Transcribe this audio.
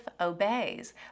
obeys